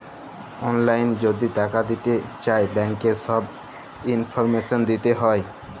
অললাইল যদি টাকা দিতে চায় ব্যাংকের ছব ইলফরমেশল দিতে হ্যয়